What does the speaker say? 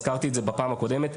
הזכרתי את זה בפעם הקודמת.